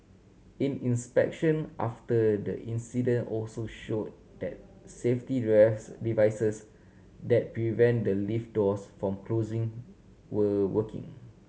in inspection after the incident also show that safety drives devices that prevent the lift doors from closing were working